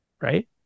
right